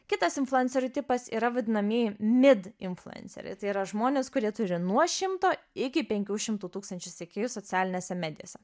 kitas influencerių tipas yra vadinamieji midinfluenceriai tai yra žmonės kurie turi nuo šimto iki penkių šimtų tūkstančių sekėjų socialinėse medijose